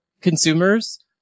consumers